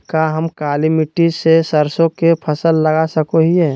का हम काली मिट्टी में सरसों के फसल लगा सको हीयय?